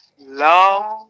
love